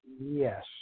Yes